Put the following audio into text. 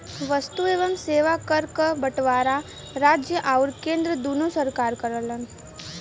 वस्तु एवं सेवा कर क बंटवारा राज्य आउर केंद्र दूने सरकार करलन